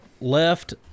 left